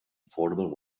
affordable